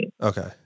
Okay